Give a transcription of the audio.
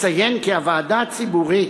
אציין כי הוועדה הציבורית